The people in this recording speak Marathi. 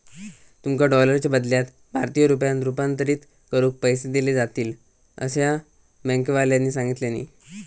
तुमका डॉलरच्या बदल्यात भारतीय रुपयांत रूपांतरीत करून पैसे दिले जातील, असा बँकेवाल्यानी सांगितल्यानी